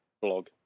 blog